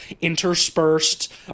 interspersed